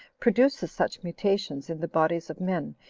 produces such mutations in the bodies of men,